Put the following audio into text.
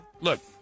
Look